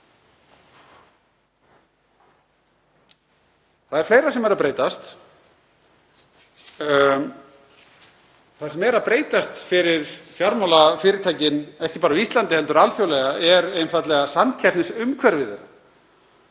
Það er fleira sem er að breytast. Það sem er að breytast fyrir fjármálafyrirtækin, ekki bara á Íslandi heldur alþjóðlega, er einfaldlega samkeppnisumhverfi